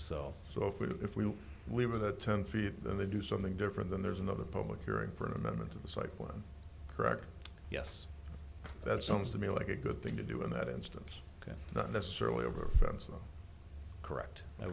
so if we we were that ten feet then they do something different than there's another public hearing for an amendment of this like one correct yes that sounds to me like a good thing to do in that instance not necessarily over a fence i'm correct